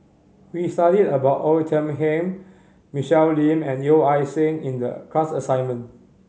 we studied about Oei Tiong Ham Michelle Lim and Yeo Ah Seng in the class assignment